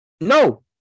No